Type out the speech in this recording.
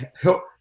help